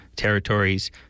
territories